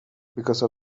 because